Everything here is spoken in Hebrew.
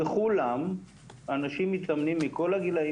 בכולם אנשים מתאמנים מכל הגילאים,